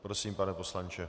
Prosím, pane poslanče.